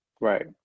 Right